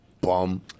bum